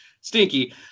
Stinky